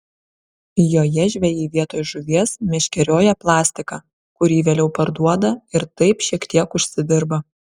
joje žvejai vietoj žuvies meškerioja plastiką kurį vėliau parduoda ir taip šiek tiek užsidirba